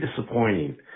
disappointing